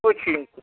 पूछिए